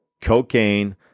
cocaine